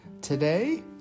Today